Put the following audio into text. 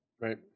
Right